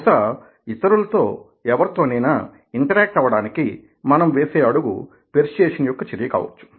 బహుశా ఇతరులతో ఎవరితోనైనా ఇన్టరేక్ట్ అవ్వడానికి మనం వేసే అడుగు పెర్సుయేసన్ యొక్క చర్య కావచ్చు